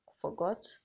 forgot